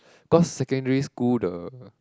cause secondary school the